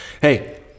Hey